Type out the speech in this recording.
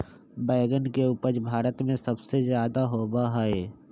बैंगन के उपज भारत में सबसे ज्यादा होबा हई